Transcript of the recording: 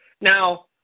Now